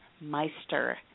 Meister